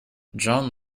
john